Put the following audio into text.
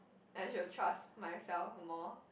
I should trust myself more